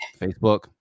facebook